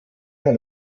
man